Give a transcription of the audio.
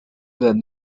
then